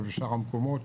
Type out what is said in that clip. ובשאר המקומות.